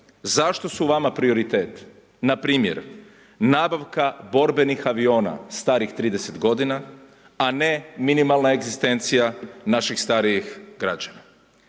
zašto su vama prioriteti npr. nabavka borbenih aviona starih 30 godina, a ne minimalna egzistencija naših starijih građana,